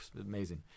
amazing